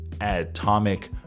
atomic